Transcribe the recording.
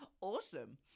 Awesome